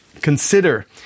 consider